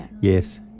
Yes